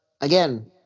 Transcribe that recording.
again